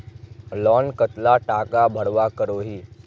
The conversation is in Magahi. लोन कतला टाका भरवा करोही?